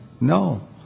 No